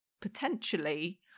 potentially